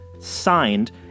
signed